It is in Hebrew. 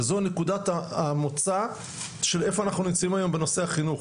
וזו נקודת המוצא של איפה אנחנו נמצאים היום בנושא החינוך.